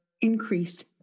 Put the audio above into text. increased